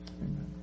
Amen